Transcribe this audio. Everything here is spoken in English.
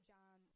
John